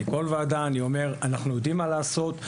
בכל ועדה אני אומר: אנחנו יודעים מה לעשות,